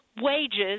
wages